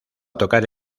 tocar